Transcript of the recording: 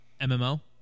MMO